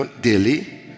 daily